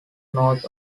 north